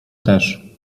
też